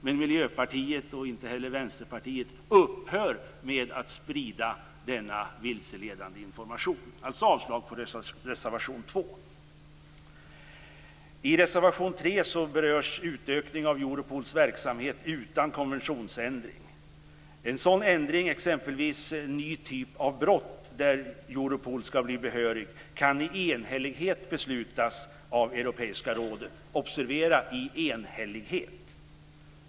Men Miljöpartiet och även Vänsterpartiet upphör inte med att sprida denna vilseledande information. Jag yrkar avslag på reservation 2. I reservation 3 berörs utökning av Europols verksamhet utan konventionsändring. En sådan ändring, exempelvis en ny typ av brott för vilken Europol skall bli behörigt, kan i enhällighet beslutas av Europeiska rådet. Observera att jag sade i enhällighet.